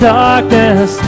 darkness